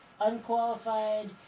Unqualified